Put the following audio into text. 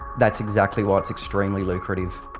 that's exactly why it's extremely lucrative.